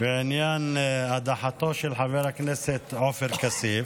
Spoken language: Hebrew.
בעניין הדחתו של חבר הכנסת עופר כסיף.